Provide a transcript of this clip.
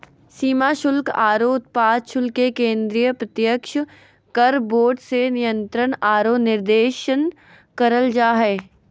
सीमा शुल्क आरो उत्पाद शुल्क के केंद्रीय प्रत्यक्ष कर बोर्ड से नियंत्रण आरो निर्देशन करल जा हय